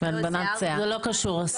זה לא קשור.